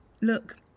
Look